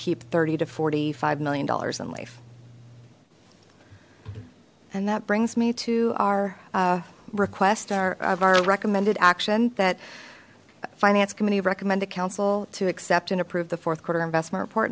keep thirty to forty five million dollars in life and that brings me to our request our of our recommended action that finance committee recommended council to accept and approve the fourth quarter investment